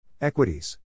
Equities